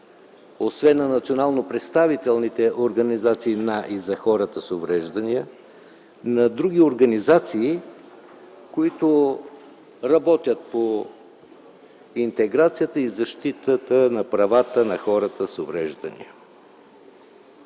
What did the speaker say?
освен на национално представителните организации на и за хората с увреждания, и на други организации, които работят по интеграцията и защитата на правата на хората с увреждания.